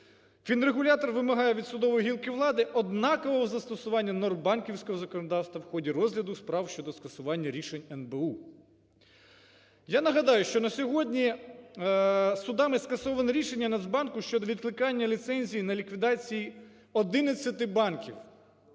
фінрегулятор вимагає від судової гілки влади однакового застосування норм банківського законодавства в ході розгляду справ щодо скасування рішень НБУ. Я нагадаю, що на сьогодні судами скасоване рішення Нацбанку щодо відкликання ліцензій для ліквідації 11 банків.